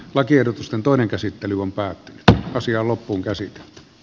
lakiehdotusten toinen käsittely on päättymätön asia loppuun käsin